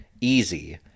easy